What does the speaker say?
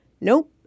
Nope